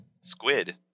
squid